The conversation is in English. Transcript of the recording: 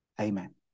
Amen